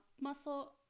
muscle